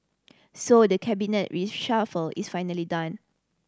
so the Cabinet reshuffle is finally done